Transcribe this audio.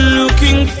looking